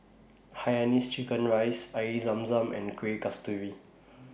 Hainanese Chicken Rice Air Zam Zam and Kueh Kasturi